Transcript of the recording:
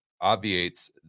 obviates